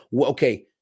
Okay